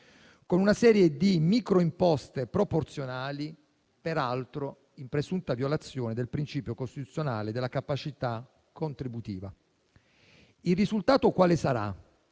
con una serie di microimposte proporzionali, peraltro in presunta violazione del principio costituzionale della capacità contributiva. Il risultato sarà